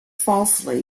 falsely